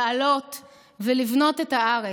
לעלות ולבנות את הארץ.